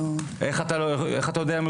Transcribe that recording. אז איך אתה יודע?